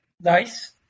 Nice